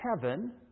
heaven